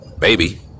Maybe